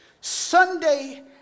Sunday